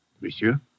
Monsieur